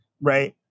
right